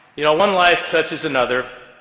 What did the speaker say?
you know one life touches another,